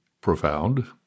profound